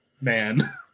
man